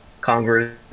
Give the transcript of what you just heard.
congress